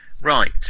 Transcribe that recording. Right